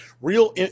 Real